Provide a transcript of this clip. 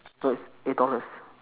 no it's eight dollars